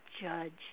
judge